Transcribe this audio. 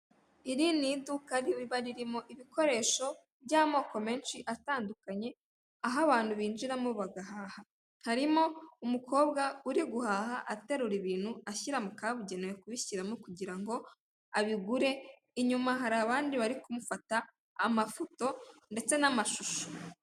Iri ni idukaba ririmo ibikoresho by'amoko menshi atandukanye, aho abantu binjiramo bagahaha. Harimo umukobwa uri guhaha aterura ibintu ashyira mu kabugenewe kubishyiramo kugira ngo abigure, inyuma hari abandi bari kumufata amafoto ndetse n'amashusho.